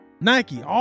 Nike